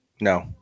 No